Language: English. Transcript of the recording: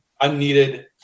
unneeded